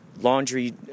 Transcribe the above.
laundry